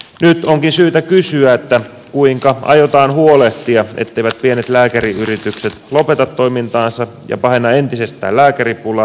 nyt onkin syytä kysyä kuinka aiotaan huolehtia etteivät pienet lääkäriyritykset lopeta toimintaansa ja pahenna entisestään lääkäripulaa